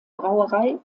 brauerei